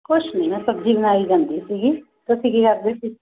ਕੁਛ ਨਹੀਂ ਮੈਂ ਸਬਜ਼ੀ ਬਣਾਈ ਜਾਂਦੀ ਸੀਗੀ ਤੁਸੀਂ ਕੀ ਕਰਦੇ ਸੀ